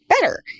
better